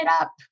up